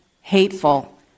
hateful